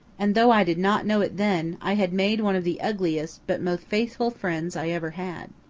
and though i did not know it then, i had made one of the ugliest but most faithful friends i ever had.